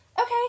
Okay